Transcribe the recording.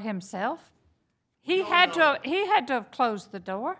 himself he had joe he had to close the door